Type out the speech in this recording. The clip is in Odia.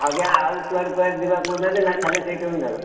ଆଜ୍ଞା ଆଉ କୁଆଡ଼େ କୁଆଡ଼େ ଯିବା କହୁ ନାହାଁନ୍ତି ନା ଖାଲି ସେହି କେଉଁଝର